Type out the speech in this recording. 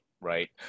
Right